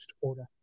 order